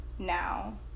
now